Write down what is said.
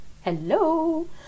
Hello